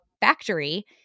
factory –